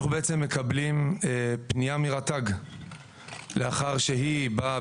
אנחנו בעצם מקבלים פנייה מרט"ג לאחר שהיא באה